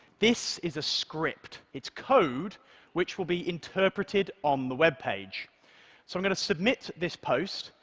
this is a script. it's code which will be interpreted on the webpage. so i'm going to submit this post,